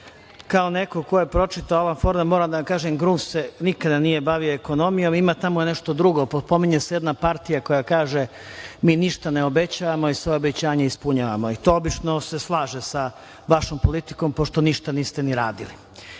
neko ko je pročitao Alana Forda, moram da kažem, Grum se nikada nije bavio ekonomijom. Ima tamo nešto drugo. Pominje se jedna partija koja kaže – mi ništa ne obećavamo i sva obećanja ispunjavamo i to se obično slaže sa vašom politikom pošto ništa niste ni radili. Čuli